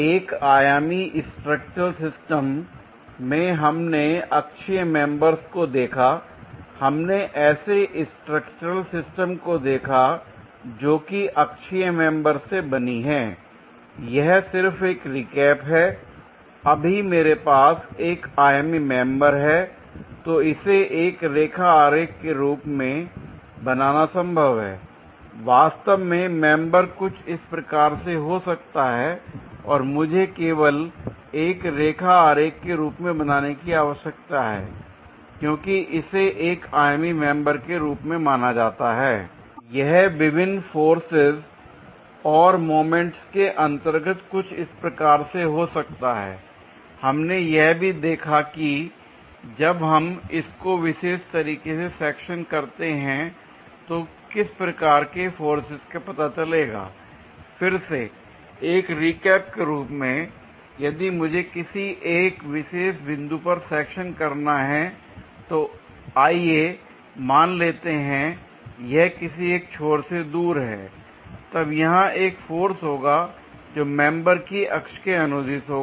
एक आयामी structural system में हमने अक्षीय मेंबरस को देखा l हमने ऐसे स्ट्रक्चरल सिस्टम को भी देखा जोकि अक्षीय मेंबरस से बनी है l यह सिर्फ एक रीकैप है अभी मेरे पास एक आयामी मेंबर है तो इसे एक रेखा आरेख के रूप में बनाना संभव है l वास्तव में मेंबर कुछ इस प्रकार से हो सकता है और मुझे केवल एक रेखा आरेख के रूप में बनाने की आवश्यकता है क्योंकि इसे एक आयामी मेंबर के रूप में माना जाता है l यह विभिन्न फोर्सेज और मोमेंट्स के अंतर्गत कुछ इस प्रकार से हो सकता है l हमने यह भी देखा कि जब हम इसको विशेष तरीके से सेक्शन करते हैं तो किस प्रकार के फोर्सेज का पता चलेगा l फिर से एक रीकैप के रूप में यदि मुझे किसी एक विशेष बिंदु पर सेक्शन करना है आइए मान लेते हैं यह किसी एक छोर से दूर है तब यहां एक फोर्स होगा जो मेंबर की अक्ष के अनुदिश होगा